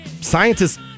scientists